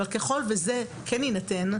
אבל ככל וזה כן יינתן,